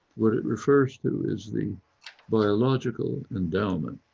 what it refers to is the biological endowment,